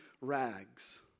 rags